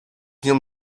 nią